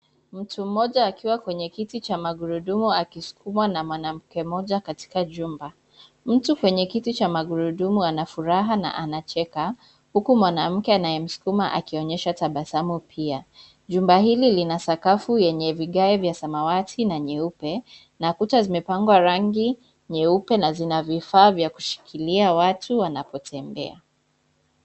Mtu mmoja akiwa kwenye kiti cha magurudumu akisukumwa na mwanamke mmoja katika jumba. Mtu kwenye kiti cha magurudumu ana furaha na anacheka, huku mwanamke anayemsukuma akionyesha tabasamu pia. Jumba hili lina sakafu yenye vigae vya samawati na nyeupe na kuta zimepakwa rangi nyeupe na zina vifaa vya kushikilia watu wanapotembea.